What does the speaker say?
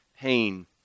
pain